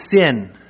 sin